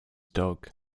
dog